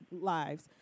lives